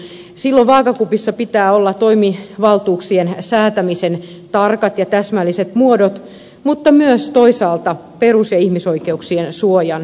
silloin vaakakupissa pitää olla toimivaltuuksien säätämisen tarkat ja täsmälliset muodot mutta myös toisaalta perus ja ihmisoikeuksien suojan kunnioittaminen